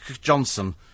Johnson